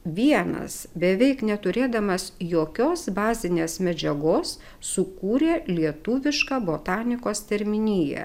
vienas beveik neturėdamas jokios bazinės medžiagos sukūrė lietuvišką botanikos terminiją